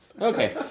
Okay